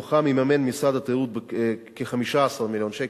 מתוכם יממן משרד התיירות כ-15 מיליון שקל,